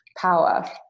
power